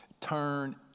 turn